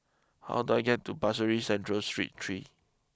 how do I get to Pasir Ris Central Street three